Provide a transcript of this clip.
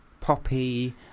poppy